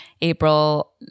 April